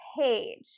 page